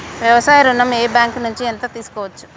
వ్యవసాయ ఋణం ఏ బ్యాంక్ నుంచి ఎంత తీసుకోవచ్చు?